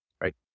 right